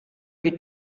più